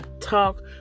Talk